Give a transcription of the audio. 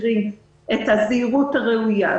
לא תמיד מאפשרים את הזהירות הראויה.